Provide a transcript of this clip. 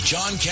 John